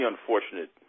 unfortunate